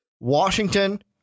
Washington